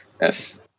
yes